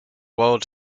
world